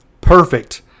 perfect